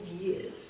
years